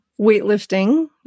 Weightlifting